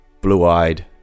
blue-eyed